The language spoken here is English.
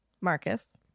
Marcus